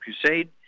Crusade